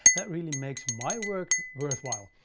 that really makes my work worthwhile.